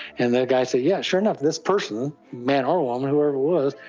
and the guy said, yes, sure enough, this person, man or woman, whoever it was,